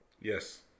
Yes